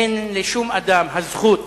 אין לשום אדם הזכות